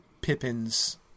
Pippin's